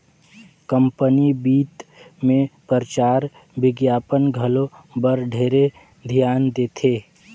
company बित मे परचार बिग्यापन घलो बर ढेरे धियान देथे